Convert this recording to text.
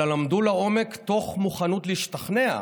אלא למדו לעומק תוך מוכנות להשתכנע,